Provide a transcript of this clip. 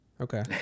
Okay